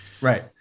Right